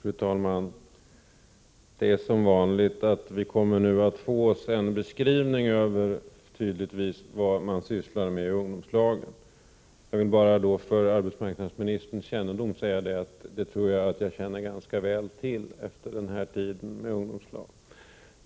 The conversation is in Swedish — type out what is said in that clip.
Fru talman! Som vanligt kommer vi nu att få en beskrivning över vad man sysslar med i ungdomslagen. Jag vill bara för arbetsmarknadsministerns kännedom säga att jag tror att jag känner ganska väl till saken efter den här tiden med ungdomslagen.